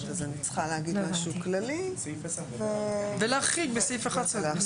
אז אני צריכה להגיד משהו כללי --- ולהחריג בסעיף 11 את משרד